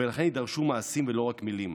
ולכן יידרשו מעשים ולא רק מילים.